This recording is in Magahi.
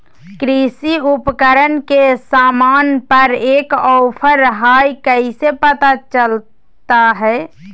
कृषि उपकरण के सामान पर का ऑफर हाय कैसे पता चलता हय?